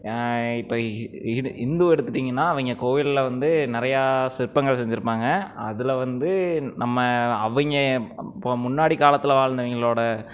இப்போ ஹிந்து எடுத்துகிட்டிங்கன்னா அவங்க கோவிலில் வந்து நிறையா சிற்பங்கள் செஞ்சுருப்பாங்க அதில் வந்து நம்ம அவங்க முன்னாடி காலத்தில் வாழ்ந்தவங்களோட